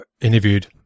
interviewed